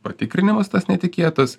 patikrinimas tas netikėtas